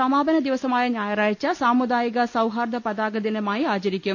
സമാപന ദിവസമായ ഞായറാഴ്ച സാമുദായിക സൌഹാർദ്ദ പതാക ദിനമായി ആചരിക്കും